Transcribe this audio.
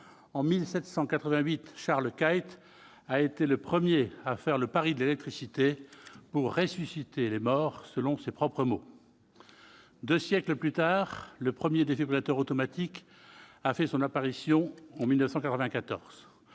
En 1788, Charles Kite a été le premier à faire le pari de l'électricité pour « ressusciter les morts », selon ses propres mots. Deux siècles plus tard, le premier défibrillateur automatique a fait son apparition, en 1994.